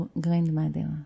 grandmother